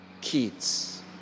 kids